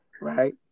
right